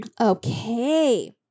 okay